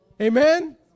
Amen